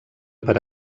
per